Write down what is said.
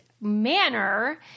manner